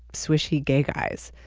swishy gay guys?